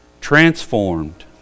transformed